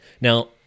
Now